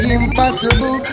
impossible